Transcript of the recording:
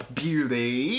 beauty